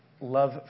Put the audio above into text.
love